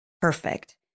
perfect